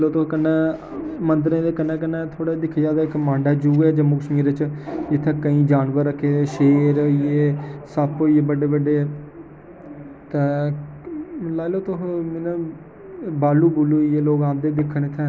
ते कन्नै मंदरे दे कन्नै कन्नै थोह्ड़ा दिक्खे जा ते इक मांडा ज़ू ऐ ओह् जम्मू कश्मीरै च इ'त्थें केईं जानवर रक्खे दे शेर होइये सप्प होइये बड्डे बड्डे ते लाई लैओ तुस भालू भूलू ऐ एह् लोग आंदे दिक्खन इ'त्थें